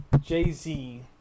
Jay-Z